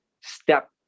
step